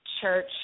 church